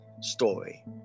story